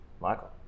Michael